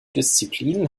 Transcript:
disziplinen